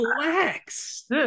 relax